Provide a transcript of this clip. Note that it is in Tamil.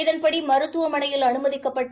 இதன்படி மருத்துவமனையில் அனுமதிக்கப்பட்டு